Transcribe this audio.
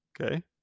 okay